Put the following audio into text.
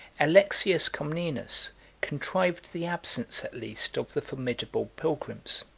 alexius comnenus contrived the absence at least of the formidable pilgrims